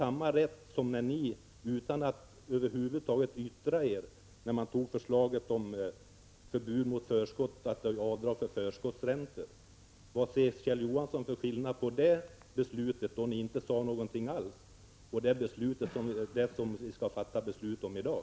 Samma rätt tog ni er i samband med förslaget om förbud mot avdrag för förskottsräntor. Vad ser Kjell Johansson för skillnad mellan beslutet enligt det förslaget, om vilket ni inte sade någonting alls, och det beslut vi skall fatta i dag?